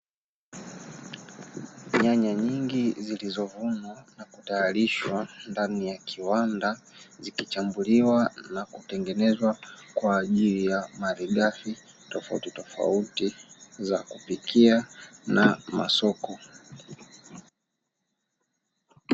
Nyanya nyingi zilizovunwa na kutayarishwa ndani ya kiwanda, zikichambuliwa na kutengenezwa kwa ajili ya malighafi tofautitofauti za kupikia na masoko.